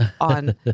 on